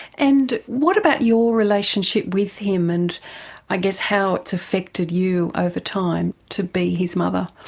and what about your relationship with him, and i guess how it's affected you over time, to be his mother?